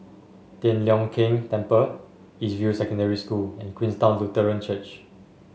Tian Leong Keng Temple East View Secondary School and Queenstown Lutheran Church